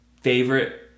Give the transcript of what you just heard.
favorite